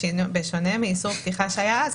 בשונה מאיסור פתיחה שהיה אז,